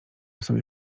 sobie